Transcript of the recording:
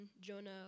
Jonah